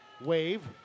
wave